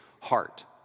heart